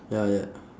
ya ya